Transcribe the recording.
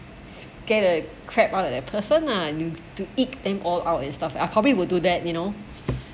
get a crap out of that person ah I new to eat them all out and stuff I probably would do that you know